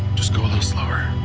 just go ah slower